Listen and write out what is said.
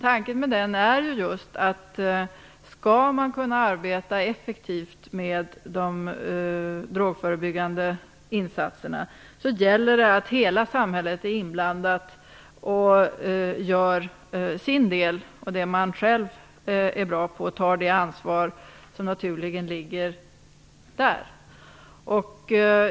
Tanken med den är ju att om man skall man kunna arbeta effektivt med de drogförebyggande insatserna, så gäller det att hela samhället är inblandat, att alla gör sin del - det man själv är bra på - och att alla tar sitt naturliga ansvar.